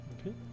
Okay